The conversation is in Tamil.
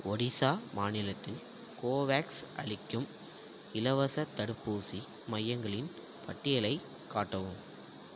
ஒடிசா மாநிலத்தில் கோவேக்ஸ் அளிக்கும் இலவசத் தடுப்பூசி மையங்களின் பட்டியலைக் காட்டவும்